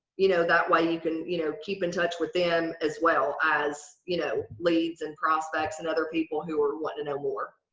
you know, that way, you can you know keep in touch with them as well as you know leads and prospects and other people who are what in a war.